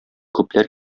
күпләр